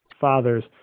fathers